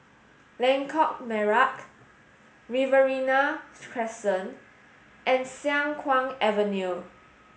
Lengkok Merak Riverina Crescent and Siang Kuang Avenue